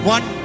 One